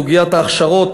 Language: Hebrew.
סוגיית ההכשרות,